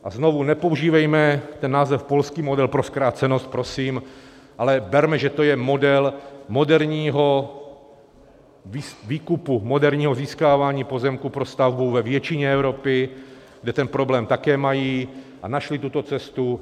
A znovu, nepoužívejme ten název polský model pro zkrácenost prosím, ale berme, že to je model moderního výkupu, moderního získávání pozemků pro stavbu ve většině Evropy, kde ten problém také mají a našli tuto cestu.